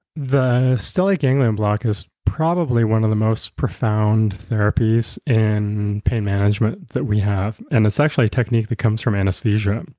the stellate ganglion block is probably one of the most profound therapies and pain management that we have and is actually a technique that comes from anesthesia. um